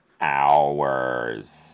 hours